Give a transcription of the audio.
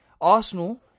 Arsenal